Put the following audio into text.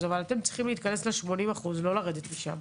אבל אתם צריכים להתכנס ל-80% ולא לרדת משם,